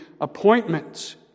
appointments